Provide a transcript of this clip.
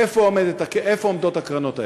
שאלתי: איפה עומדות הקרנות האלה?